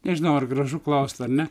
nežinau ar gražu klaust ar ne